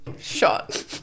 shot